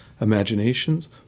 imaginations